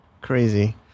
crazy